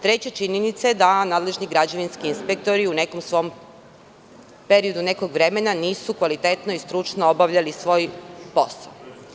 Treća činjenica je da nadležni građevinski inspektori u nekom svom periodu nekog vremena nisu kvalitetno i stručno obavljali svoj posao.